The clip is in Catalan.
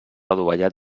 adovellat